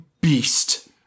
beast